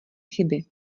chyby